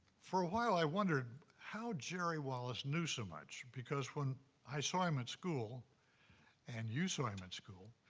for a while, i wondered how jerry wallace knew so much, because when i saw him at school and you so saw him at school,